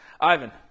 Ivan